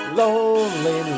lonely